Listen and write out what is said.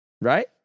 Right